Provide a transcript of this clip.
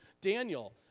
Daniel